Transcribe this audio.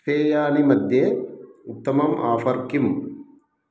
पेयानाम्मध्ये उत्तमम् आफ़र् किम्